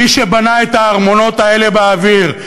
מי שבנה את הארמונות האלה באוויר,